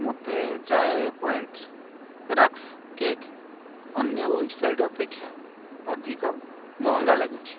ମୋତେ Chai Point rusk cake ଅନ୍ୟ website ଅପେକ୍ଷା ଅଧିକ ମହଙ୍ଗା ଲାଗୁଛି